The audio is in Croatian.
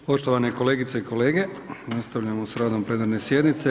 Poštovane kolegice i kolege, nastavljamo sa radom plenarne sjednice.